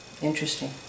Interesting